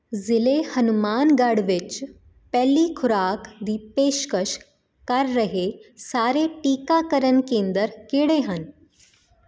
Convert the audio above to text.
ਜ਼ਿਲ੍ਹੇ ਹਨੂੰਮਾਨਗੜ੍ਹ ਵਿੱਚ ਪਹਿਲੀ ਖੁਰਾਕ ਦੀ ਪੇਸ਼ਕਸ਼ ਕਰ ਰਹੇ ਸਾਰੇ ਟੀਕਾਕਰਨ ਕੇਂਦਰ ਕਿਹੜੇ ਹਨ